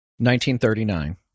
1939